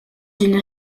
une